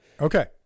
Okay